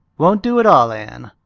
won't do at all, anne.